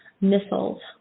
missiles